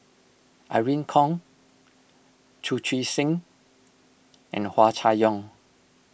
Irene Khong Chu Chee Seng and Hua Chai Yong